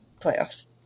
Playoffs